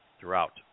throughout